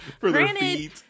Granted